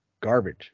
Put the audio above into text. garbage